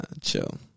chill